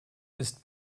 ist